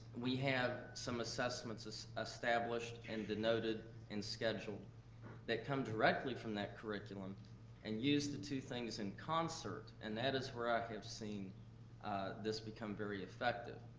we have some assessments established and denoted and scheduled that come directly from that curriculum and used the two things in concert, and that is where i have seen this become very effective.